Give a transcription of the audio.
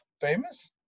famous